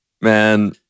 Man